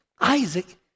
Isaac